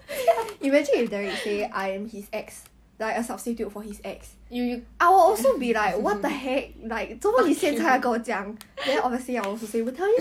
love O two O is now on Netflix leh